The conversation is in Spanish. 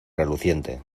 reluciente